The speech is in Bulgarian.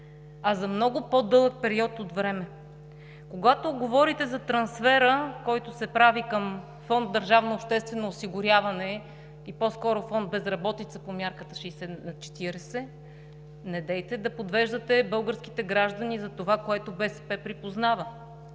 а за много по-дълъг период от време. Когато говорите за трансфера, който се прави към фонд „Държавно обществено осигуряване“, и по-скоро фонд „Безработица“, по мярката 60/40, недейте да подвеждате българските граждани за това, което БСП припознава.